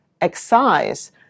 excise